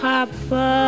Papa